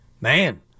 Man